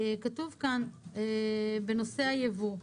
כתוב כאן בנושא הייבוא: